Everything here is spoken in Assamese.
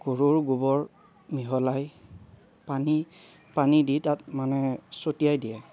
গৰুৰ গোবৰ মিহলাই পানী পানী দি তাত মানে ছটিয়াই দিয়ে